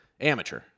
Amateur